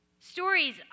Stories